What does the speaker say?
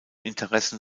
interessen